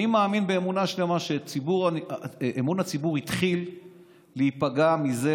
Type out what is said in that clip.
אני מאמין באמונה שלמה שאמון הציבור התחיל להיפגע מזה,